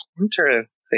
Interesting